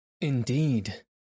Indeed